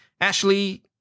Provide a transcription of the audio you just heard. Ashley